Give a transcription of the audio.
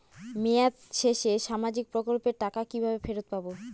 মেয়াদ শেষে সামাজিক প্রকল্পের টাকা কিভাবে ফেরত পাবো?